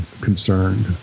concerned